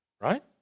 right